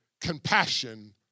compassion